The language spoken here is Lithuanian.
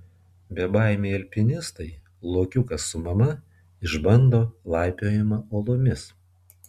bebaimiai alpinistai lokiukas su mama išbando laipiojimą uolomis